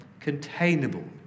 containable